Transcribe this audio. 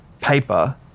paper